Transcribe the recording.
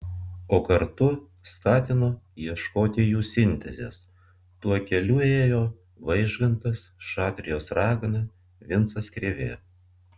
o kartu skatino ieškoti jų sintezės tuo keliu ėjo vaižgantas šatrijos ragana vincas krėvė